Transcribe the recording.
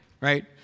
right